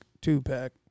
two-pack